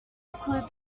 include